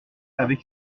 avec